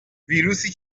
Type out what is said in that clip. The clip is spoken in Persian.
ویروسی